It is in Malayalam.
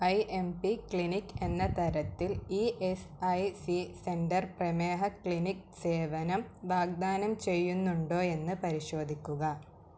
ഐ എം പി ക്ലിനിക് എന്ന തരത്തിൽ E S I C centre പ്രമേഹ ക്ലിനിക്ക് സേവനം വാഗ്ദാനം ചെയ്യുന്നുണ്ടോയെന്ന് പരിശോധിക്കുക